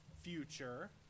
future